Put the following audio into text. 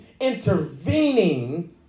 intervening